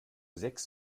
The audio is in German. sechs